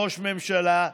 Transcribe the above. ראש ממשלה,